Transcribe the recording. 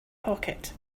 pocket